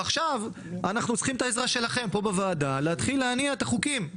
ועכשיו אנחנו צריכים את העזרה שלכם פה בוועדה להתחיל להניע את החוקים.